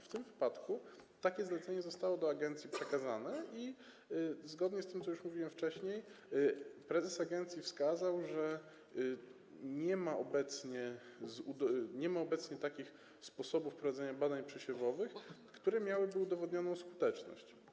W tym wypadku takie zlecenie zostało do agencji przekazane i zgodnie z tym, co już mówiłem wcześniej, prezes agencji wskazał, że nie ma obecnie takich sposobów prowadzenia badań przesiewowych, które miałyby udowodnioną skuteczność.